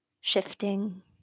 shifting